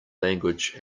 language